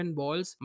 balls